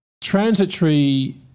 transitory